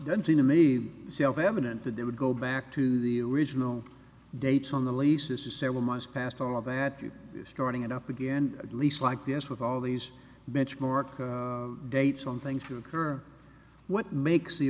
doesn't seem to me self evident that they would go back to the original dates on the lease this is several months past all of that you are starting it up again at least likely as with all these benchmark dates on things to occur what makes the